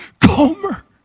Comer